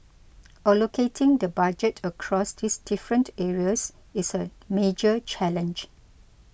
allocating the Budget across these different areas is a major challenge